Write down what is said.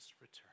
return